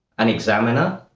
an examiner,